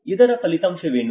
ಇದರ ಫಲಿತಾಂಶವೇನು